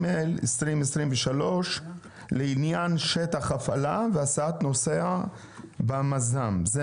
התשפ"ג-2023 לעניין שטח הפעלה והסעת נוסע במז"ם מטוס זעיר משקל.